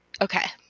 okay